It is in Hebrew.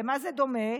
למה זה דומה?